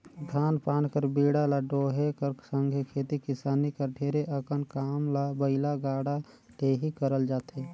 धान पान कर बीड़ा ल डोहे कर संघे खेती किसानी कर ढेरे अकन काम ल बइला गाड़ा ले ही करल जाथे